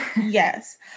Yes